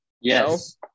Yes